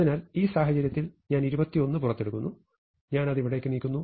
അതിനാൽ ഈ സാഹചര്യത്തിൽ ഞാൻ 21 പുറത്തെടുക്കുന്നു ഞാൻ അത് ഇവിടേക്ക് നീക്കുന്നു